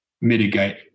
mitigate